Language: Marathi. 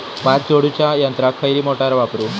भात झोडूच्या यंत्राक खयली मोटार वापरू?